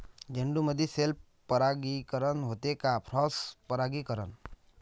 झेंडूमंदी सेल्फ परागीकरन होते का क्रॉस परागीकरन?